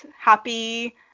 happy